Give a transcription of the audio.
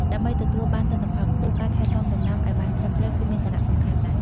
ដើម្បីទទួលបានទិន្នផលខ្ពស់ ការថែទាំដំណាំឱ្យបានត្រឹមត្រូវគឺមានសារៈសំខាន់ណាស់។